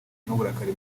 n’uburakari